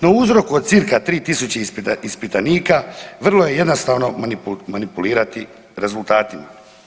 Na uzorku od cca 3000 ispitanika, vrlo je jednostavno manipulirati rezultatima.